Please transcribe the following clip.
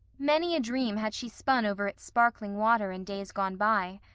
many a dream had she spun over its sparkling water in days gone by.